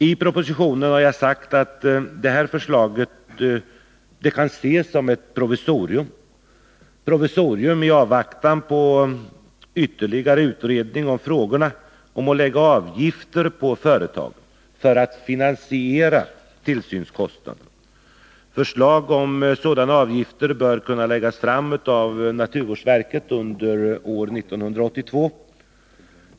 I propositionen har jag sagt att det här förslaget kan ses som ett provisorium i avvaktan på ytterligare utredning om frågorna om att lägga avgifter på företagen för att finansiera tillsynskostnaderna. Förslag om sådana avgifter bör kunna läggas fram av naturvårdsverket under år 1982.